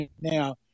now